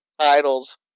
titles